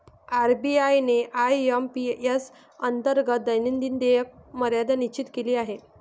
RBI ने IMPS अंतर्गत दैनंदिन देयक मर्यादा निश्चित केली आहे